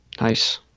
Nice